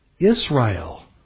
Israel